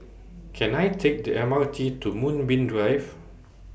Can I Take The M R T to Moonbeam Drive